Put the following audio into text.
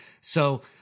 So-